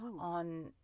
on